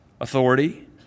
authority